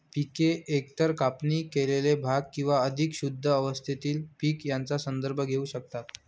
पिके एकतर कापणी केलेले भाग किंवा अधिक शुद्ध अवस्थेतील पीक यांचा संदर्भ घेऊ शकतात